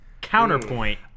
counterpoint